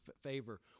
favor